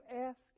ask